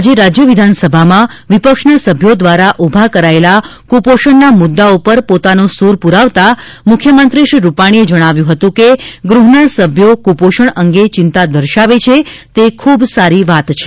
આજે રાજ્ય વિધાનસભામાં વિપક્ષના સભ્યો દ્વારા ઉભા કરાયેલા કુપોષજ઼ના મુદ્દા ઉપર પોતાનો સુર પુરાવતાં મુખ્યમંત્રી શ્રી રૂપાણીએ જણાવ્યું હતું કે ગૃહના સભ્યો કુપોષણ અંગે ચિંતા દર્શાવે છે તે ખુબ સારી વાત છે